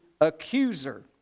accuser